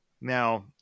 Now